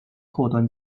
后端